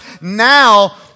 Now